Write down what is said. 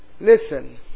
listen